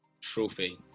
trophy